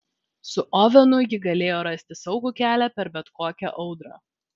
su ovenu ji galėjo rasti saugų kelią per bet kokią audrą